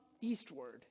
eastward